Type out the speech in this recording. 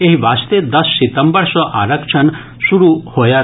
एहि वास्ते दस सितंबर सँ आरक्षण शुरू होयत